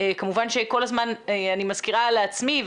כמובן שכל הזמן אני מזכירה לעצמי,